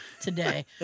Today